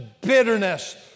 bitterness